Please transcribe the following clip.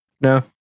no